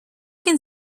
can